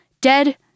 Dead